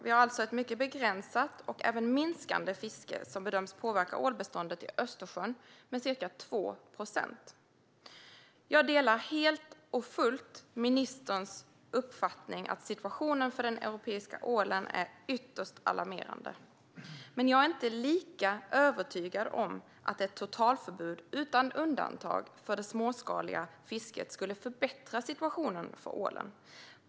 Vi har alltså ett mycket begränsat och även minskande fiske som bedöms påverka ålbeståndet i Östersjön med ca 2 procent. Jag delar helt och fullt ministerns uppfattning att situationen för den europeiska ålen är ytterst alarmerande. Men jag är inte lika övertygad om att ett totalförbud utan undantag för det småskaliga fisket skulle förbättra situationen för ålen.